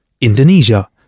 Indonesia